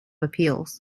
appeals